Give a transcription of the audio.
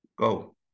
Go